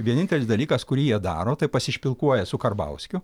vienintelis dalykas kurį jie daro tai pasišpilkuoja su karbauskiu